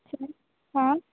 अच्छा हां